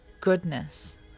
goodness